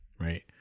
right